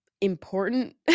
important